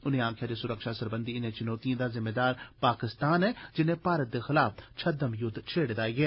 उन्ने आखेआ जे सुरक्षा सरबंधी इनें चुनौतिएं दा जिम्मेदार पाकिस्तान ऐ जिन्नै भारत दे खलाफ छय़ युद्व छेड़े दा ऐ